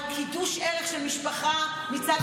על קידוש ערך של משפחה מצד אחד,